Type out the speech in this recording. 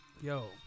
Yo